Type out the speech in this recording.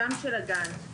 גם של הגן,